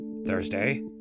Thursday